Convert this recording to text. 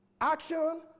action